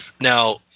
Now